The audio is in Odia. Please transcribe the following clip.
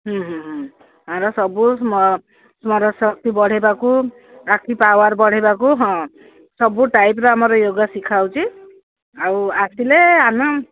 ହୁଁ ହୁଁ ହୁଁ ଆମର ସବୁ ସ୍ମରଣଶକ୍ତି ବଢ଼େଇବାକୁ ଆଖି ପାୱାର ବଢ଼େଇବାକୁ ହଁ ସବୁ ଟାଇପ୍ର ଆମର ୟୋଗ ଶିଖା ହେଉଛି ଆଉ ଆସିଲେ ଆମେ